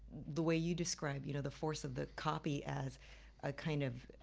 the way you describe you know the force of the copy as a kind of.